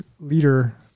leader